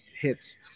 hits